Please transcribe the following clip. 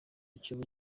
cyobo